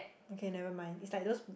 okay never mind is like those